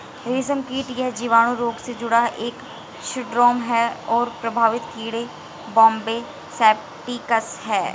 रेशमकीट यह जीवाणु रोग से जुड़ा एक सिंड्रोम है और प्रभावित कीड़े बॉम्बे सेप्टिकस है